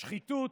השחיתות,